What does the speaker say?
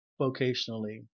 vocationally